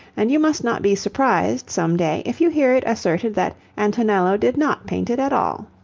and you must not be surprised some day if you hear it asserted that antonello did not paint it at all.